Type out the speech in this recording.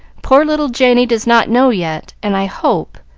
poor little janey does not know yet, and i hope